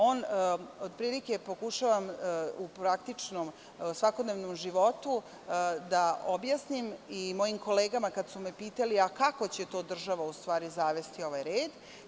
Otprilike to pokušavam u praktičnom i svakodnevnom životu da objasnim i mojim kolegama kada su me pitali - kako će to državi u stvari zavesti ovaj red?